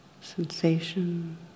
sensation